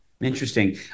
Interesting